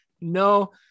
no